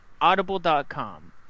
Audible.com